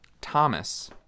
Thomas